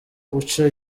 guca